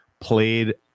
played